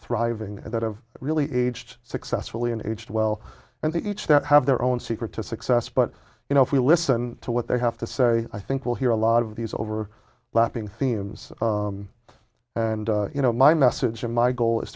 thriving that have really aged successfully and aged well and they each that have their own secret to success but you know if we listen to what they have to say i think we'll hear a lot of these over lapping themes and you know my message and my goal is